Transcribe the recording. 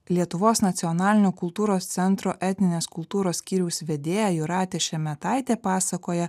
lietuvos nacionalinio kultūros centro etninės kultūros skyriaus vedėja jūratė šemetaitė pasakoja